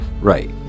Right